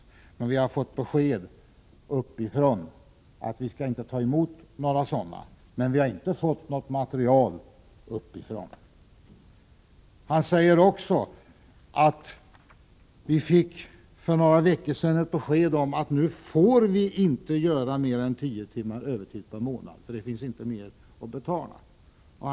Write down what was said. Man har emellertid fått besked från de överordnade att man inte skall ta emot den typen av medel — något material har man emellertid inte fått från det hållet. Denne polisman säger också att man för några veckor sedan fick besked om att man inte fick arbeta mer än tio timmar övertid per månad — det finns inte mer pengar till det.